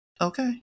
Okay